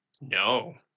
No